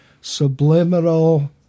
subliminal